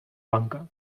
banca